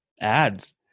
ads